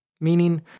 meaning